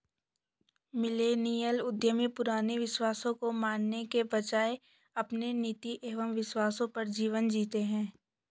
millennial उद्यमी पुराने विश्वासों को मानने के बजाय अपने नीति एंव विश्वासों पर जीवन जीते हैं